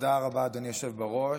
תודה רבה, אדוני היושב בראש.